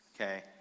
Okay